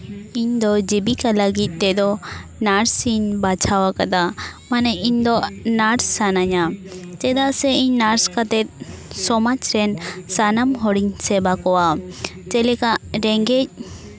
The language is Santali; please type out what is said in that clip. ᱤᱧ ᱫᱚ ᱡᱤᱵᱤᱠᱟ ᱞᱟᱹᱜᱤᱫ ᱛᱮᱫᱚ ᱱᱟᱨᱥᱤᱝ ᱤᱧ ᱵᱟᱪᱷᱟᱣ ᱠᱟᱫᱟ ᱢᱟᱱᱮ ᱤᱧ ᱫᱚ ᱱᱟᱨᱥ ᱥᱟᱱᱟᱧᱟ ᱪᱮᱫᱟᱜ ᱥᱮ ᱤᱧ ᱱᱟᱨᱥ ᱠᱟᱛᱮᱫ ᱥᱚᱢᱟᱡᱽ ᱨᱮᱱ ᱥᱟᱱᱟᱢ ᱦᱚᱲᱤᱧ ᱥᱮᱵᱟ ᱠᱚᱣᱟ ᱡᱮᱞᱮᱠᱟ ᱨᱮᱸᱜᱮᱡ